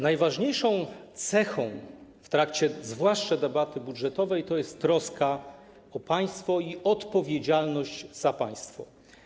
Najważniejszą cechą zwłaszcza debaty budżetowej jest troska o państwo i odpowiedzialność za państwo.